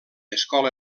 escola